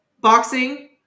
Boxing